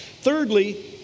Thirdly